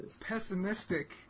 pessimistic